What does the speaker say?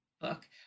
book